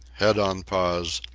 head on paws,